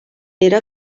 era